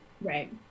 Right